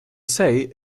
say